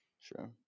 Sure